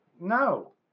No